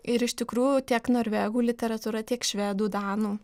ir iš tikrųjų tiek norvegų literatūra tiek švedų danų